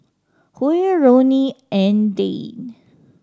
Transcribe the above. Huy Roni and Dayne